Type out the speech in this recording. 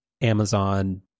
amazon